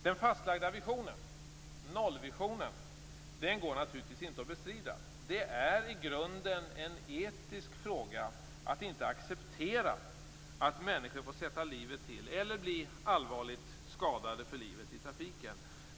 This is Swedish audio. Den fastlagda visionen, nollvisionen, går naturligtvis inte att bestrida. Det är i grunden en etisk fråga att inte acceptera att människor får sätta livet till eller blir allvarligt skadade för livet i trafiken.